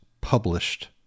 published